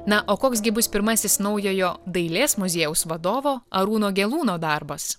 na o koks gi bus pirmasis naujojo dailės muziejaus vadovo arūno gelūno darbas